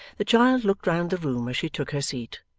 the child looked round the room as she took her seat.